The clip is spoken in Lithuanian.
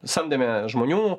samdėme žmonių